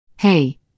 Hey